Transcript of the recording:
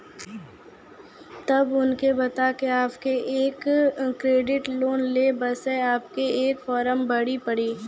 तब उनके बता के आपके के एक क्रेडिट लोन ले बसे आपके के फॉर्म भरी पड़ी?